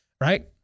Right